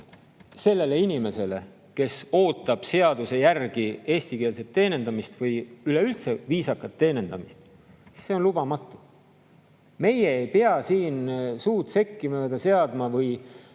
sellele inimesele, kes ootab seaduse järgi eestikeelset teenindamist või üleüldse viisakat teenindamist, on lubamatu. Meie ei pea siin suud sekki mööda seadma või